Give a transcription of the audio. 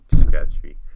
sketchy